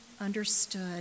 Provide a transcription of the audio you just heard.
understood